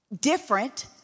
different